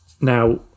Now